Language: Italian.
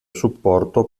supporto